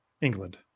England